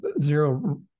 zero